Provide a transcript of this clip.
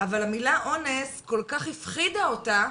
אבל המילה אונס כל כך הפחידה אותה,